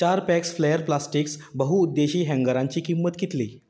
चार packs flare plastics बहुउद्देशीय हँगराची किंमत कितली